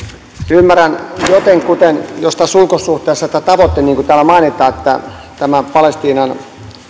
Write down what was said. ymmärrän jotenkuten jos tässä ulkosuhteessa tämä tavoite on tämä niin kuin täällä mainitaan että tämä palestiinalle